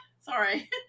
Sorry